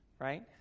right